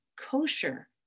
kosher